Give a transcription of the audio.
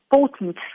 important